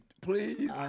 please